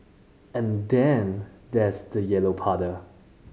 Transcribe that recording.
and then there's the yellow puddle